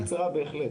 קצרה בהחלט.